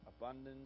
abundance